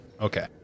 Okay